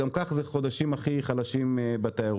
גם ככה זה החודשים הכי חלשים בתיירות.